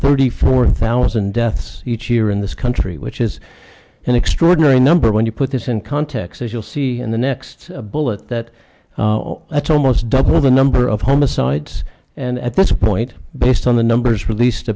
thirty four thousand deaths each year in this country which is an extraordinary number when you put this in context as you'll see in the next bullet that that's almost double the number of homicides and at this point based on the numbers released